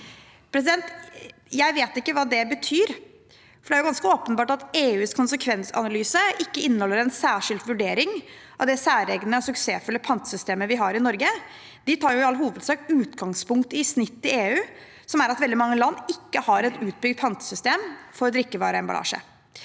Jeg vet ikke hva det betyr, for det er ganske åpenbart at EUs konsekvensanalyse ikke inneholder en særskilt vurdering av det særegne og suksessfulle pantesystemet vi har i Norge. De tar jo i all hovedsak utgangspunkt i snittet i EU, som er at veldig mange land ikke har et utbygd pantesystem for drikkevareemballasje.